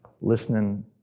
listening